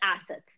assets